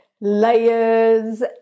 layers